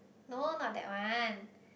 no not that one